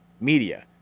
media